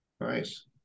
nice